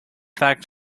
fact